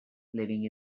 living